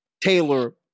Taylor